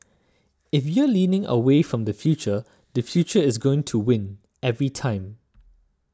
if you're leaning away from the future the future is gonna win every time